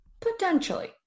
Potentially